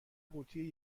قوطی